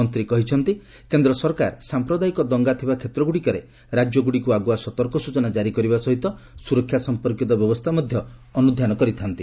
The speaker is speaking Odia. ମନ୍ତ୍ରୀ କହିଛନ୍ତି କେନ୍ଦ୍ର ସରକାର ସାମ୍ପ୍ରଦାୟିକ ଦଙ୍ଗା ଥିବା କ୍ଷେତ୍ରଗୁଡ଼ିକରେ ରାଜ୍ୟଗୁଡ଼ିକୁ ଆଗୁଆ ସତର୍କ ସୂଚନା କାରି କରିବା ସହିତ ସୁରକ୍ଷା ସମ୍ପର୍କିତ ବ୍ୟବସ୍ଥା ମଧ୍ୟ ଅନୁଧ୍ୟାନ କରିଥା'ନ୍ତି